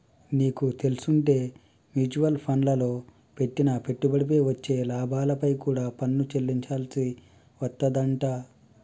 నీకు తెల్సుంటే మ్యూచవల్ ఫండ్లల్లో పెట్టిన పెట్టుబడిపై వచ్చే లాభాలపై కూడా పన్ను చెల్లించాల్సి వత్తదంట